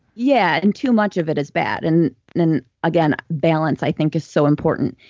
yeah. and too much of it is bad. and and again, balance, i think, is so important.